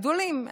הגדולים,